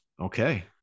Okay